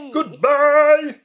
Goodbye